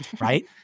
right